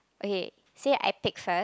okay say I pick first